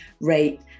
rate